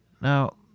Now